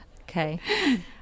Okay